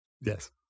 yes